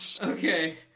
Okay